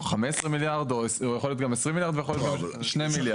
15 מיליארד או יכול להיות גם 20 מיליארד ויכול להיות גם 2 מיליארד.